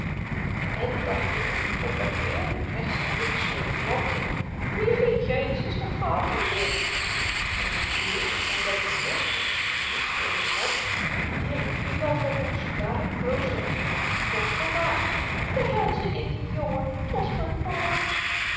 en dan weer op-en-neer rechts en links door het land lieve jesis daar gaat i weer en dan weer op-en-neer rechts en links door het land hier een villa verwoest daar een klooster verbrand tot vermaak de hel zit in dien jongen tot vermaak